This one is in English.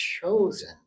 chosen